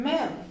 Men